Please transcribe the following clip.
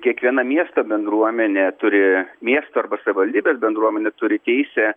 kiekviena miesto bendruomenė turi miesto arba savivaldybės bendruomenė turi teisę